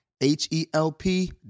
H-E-L-P